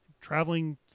traveling